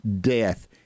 death